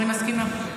אני מסכימה.